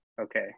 Okay